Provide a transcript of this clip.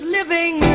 living